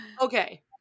Okay